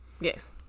Yes